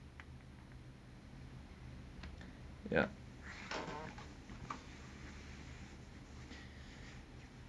ya